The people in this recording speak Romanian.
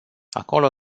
acolo